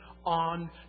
on